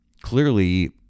Clearly